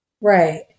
right